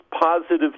positive